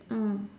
mm